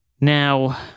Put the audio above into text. Now